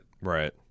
Right